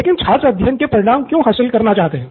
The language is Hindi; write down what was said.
लेकिन छात्र अध्ययन के परिणाम क्यों हासिल करना चाहते है